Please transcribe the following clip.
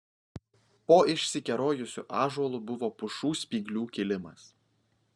po išsikerojusiu ąžuolu buvo pušų spyglių kilimas